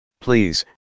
Please